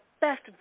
best